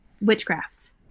witchcraft